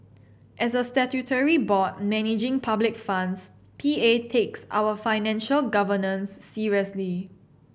as a statutory board managing public funds P A takes our financial governance seriously